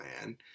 man